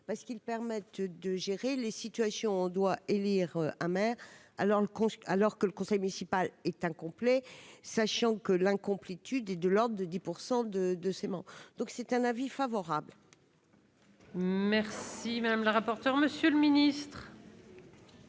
parce qu'ils permettent de gérer les situations doit élire un maire alors le constat : alors que le conseil municipal est incomplet, sachant que l'incomplétude et de l'ordre de 10 pourcent de de ciment, donc c'est un avis favorable. Merci madame la rapporteure, Monsieur le Ministre.